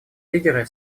лидеры